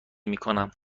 میکنم